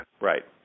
Right